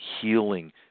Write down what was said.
healing